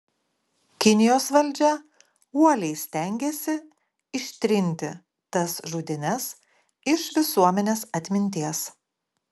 kinijos valdžia uoliai stengėsi ištrinti tas žudynes iš visuomenės atminties